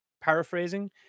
paraphrasing